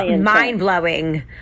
mind-blowing